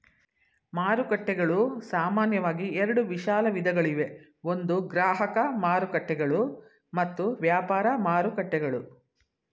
ಮಾರುಕಟ್ಟೆಗಳು ಸಾಮಾನ್ಯವಾಗಿ ಎರಡು ವಿಶಾಲ ವಿಧಗಳಿವೆ ಒಂದು ಗ್ರಾಹಕ ಮಾರುಕಟ್ಟೆಗಳು ಮತ್ತು ವ್ಯಾಪಾರ ಮಾರುಕಟ್ಟೆಗಳು